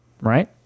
right